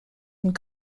and